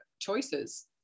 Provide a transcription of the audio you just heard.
choices